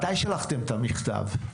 מתי שלחתם את המכתב?